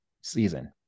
season